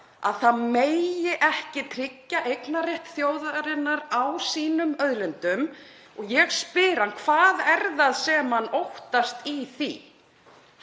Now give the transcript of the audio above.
að það megi ekki tryggja eignarrétt þjóðarinnar á sínum auðlindum. Og ég spyr hann: Hvað er það sem hann óttast í því?